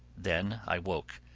then i woke,